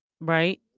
right